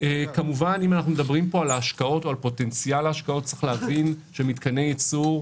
כמובן אם אנחנו מדברים פה על פוטנציאל השקעות צריך להבין שמתקני ייצור,